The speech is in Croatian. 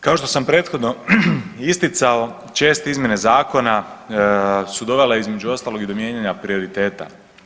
Kao što sam prethodno isticao česte izmjene zakona su dovele između ostalog i do mijenjanja prioriteta.